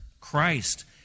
Christ